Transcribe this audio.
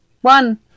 One